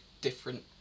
different